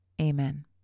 Amen